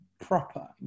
proper